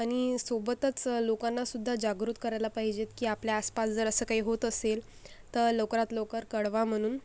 आणि सोबतच लोकांनासुद्धा जागृत करायला पाहिजे की आपल्या आसपास जर असं काही होत असेल तर लवकरात लवकर कळवा म्हणून